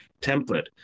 template